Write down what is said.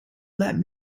let